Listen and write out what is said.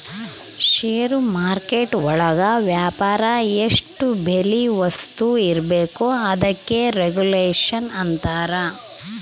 ಷೇರು market ಒಳಗ ವ್ಯಾಪಾರ ಎಷ್ಟ್ ಬೆಲೆ ವಸ್ತು ಇರ್ಬೇಕು ಅದಕ್ಕೆ ರೆಗುಲೇಷನ್ ಅಂತರ